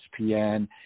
ESPN –